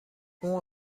اون